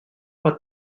pot